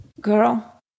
Girl